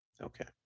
Okay